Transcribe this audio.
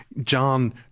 John